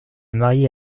marié